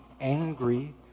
angry